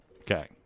okay